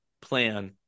plan